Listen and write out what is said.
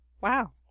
Wow